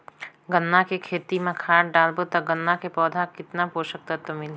गन्ना के खेती मां खाद डालबो ता गन्ना के पौधा कितन पोषक तत्व मिलही?